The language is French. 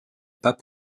pas